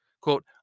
Quote